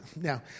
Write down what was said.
now